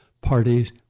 parties